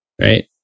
Right